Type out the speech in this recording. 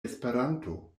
esperanto